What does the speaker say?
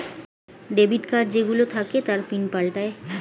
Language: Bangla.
ডেবিট কার্ড যেই গুলো থাকে তার পিন পাল্টায়ে